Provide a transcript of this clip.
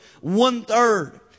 one-third